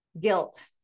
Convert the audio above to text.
guilt